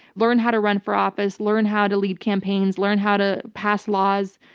learn how to run for office, learn how to lead campaigns, learn how to pass laws.